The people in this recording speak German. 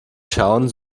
schauen